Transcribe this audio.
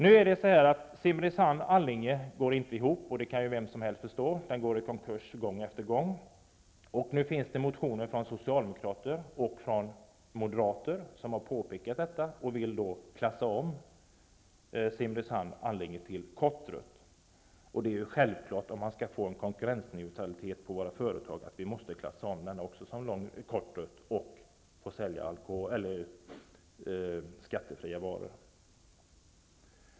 Färjelinjen Simrishamn--Allinge går inte ihop ekonomiskt -- som man kan förstå -- utan den går i konkurs gång efter gång. Det finns motioner från socialdemokrater och moderater, som har påpekat detta och vill klassa om färjelinjen Simrishamn-- Allinge till lång rutt. Om vi skall få konkurrensneutralitet mellan våra företag är det ju självklart att vi måste klassa om också denna rutt till lång rutt och tillåta försäljning av skattefria varor.